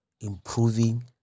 improving